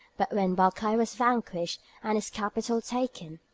but when barkai was vanquished and his capital taken,